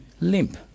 limp